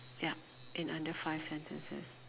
ya in under five sentences